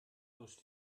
durch